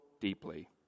deeply